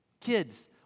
Kids